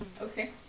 Okay